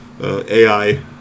AI